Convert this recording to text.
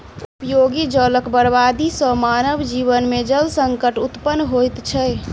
उपयोगी जलक बर्बादी सॅ मानव जीवन मे जल संकट उत्पन्न होइत छै